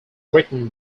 written